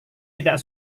tidak